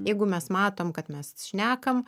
jeigu mes matom kad mes šnekam